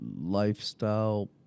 lifestyle